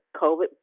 COVID